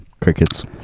Crickets